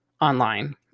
online